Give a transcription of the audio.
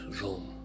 room